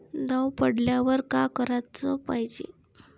दव पडल्यावर का कराच पायजे?